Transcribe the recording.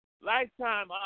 lifetime